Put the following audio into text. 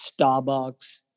starbucks